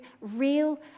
real